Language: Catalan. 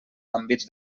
àmbits